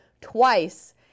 twice